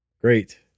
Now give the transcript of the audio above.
Great